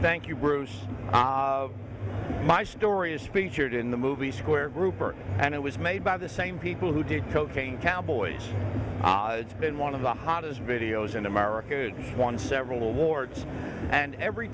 thank you bruce my story is speech it in the movie square grouper and it was made by the same people who did cocaine cowboys it's been one of the hottest videos in america and won several awards and every